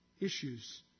issues